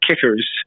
kickers